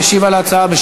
משיב על ההצעה,